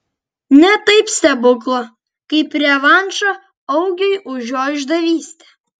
ne taip stebuklo kaip revanšo augiui už jo išdavystę